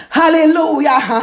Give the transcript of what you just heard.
hallelujah